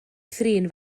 thrin